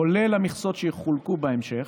כולל המכסות שיחולקו בהמשך,